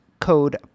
code